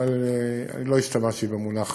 אבל לא השתמשתי במונח